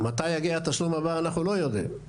מתי יגיע התשלום הבא אנחנו לא יודעים.